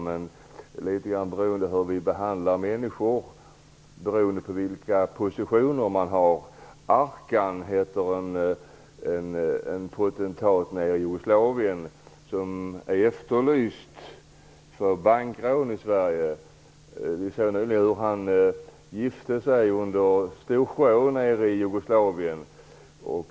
Det gäller hur vi behandlar människor beroende på vilka positioner de har. "Arkan" heter en potentat i Jugoslavien som är efterlyst för bankrån i Sverige. Vi såg nyligen hur han gifte sig under stor show nere i Jugoslavien.